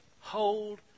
hold